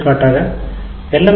எடுத்துக்காட்டாக எல்